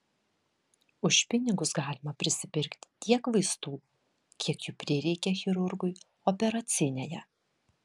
už pinigus galima prisipirkti tiek vaistų kiek jų prireikia chirurgui operacinėje